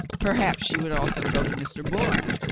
per haps she would also go to mr. bourne?